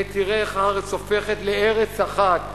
ותראה איך הארץ הופכת לארץ אחת,